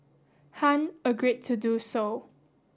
Han agreed to do so